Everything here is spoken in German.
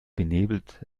benebelt